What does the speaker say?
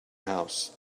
house